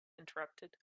interrupted